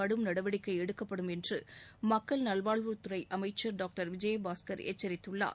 கடும் நடவடிக்கை எடுக்கப்படும் என்று மக்கள் நல்வாழ்வுத்துறை அமைச்சர் டாக்டர் சி விஜயபாஸ்கர் எச்சரித்துள்ளார்